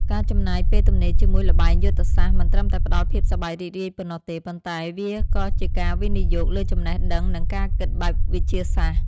ការចំណាយពេលទំនេរជាមួយល្បែងយុទ្ធសាស្ត្រមិនត្រឹមតែផ្ដល់ភាពសប្បាយរីករាយប៉ុណ្ណោះទេ ប៉ុន្តែ វាក៏ជាការវិនិយោគលើចំណេះដឹងនិងការគិតបែបវិទ្យាសាស្ត្រ។